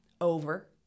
over